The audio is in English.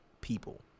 people